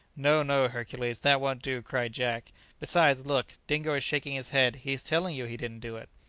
no, no, hercules, that won't do, cried jack besides, look, dingo is shaking his head he is telling you he didn't do it.